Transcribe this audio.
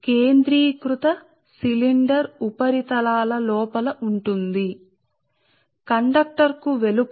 కేంద్రీకృత సిలిండర్ ఉపరితలాల లోపల ఈ బిందువుల గుండా వెళుతుంది